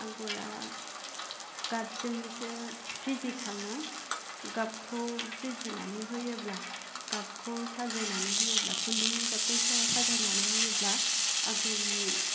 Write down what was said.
आग'रा गाबजोंसो फिजिखाङो गाबखौ फिजिनानै होयोब्ला गाबखौ साजायनानै होयोब्ला खुन्दुंनि गाबखौ स' साजायनानै होयोब्ला आगरनि